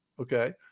okay